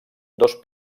dos